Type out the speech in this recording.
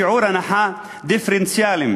שיעור הנחה דיפרנציאלי,